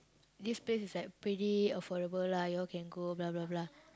this place is like pretty affordable lah y'all can go blah blah blah